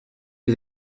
des